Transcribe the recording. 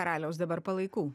karaliaus dabar palaikų